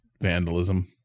vandalism